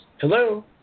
Hello